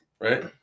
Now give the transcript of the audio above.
right